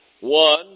One